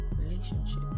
relationship